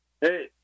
Hey